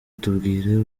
tubwire